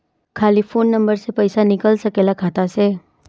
खाली phone number से पईसा निकल सकेला खाता से?